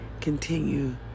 continue